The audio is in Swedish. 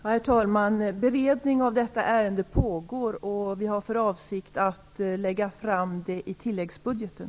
Herr talman! Beredning av detta ärende pågår, och vi har för avsikt att lägga fram det i tilläggsbudgeten.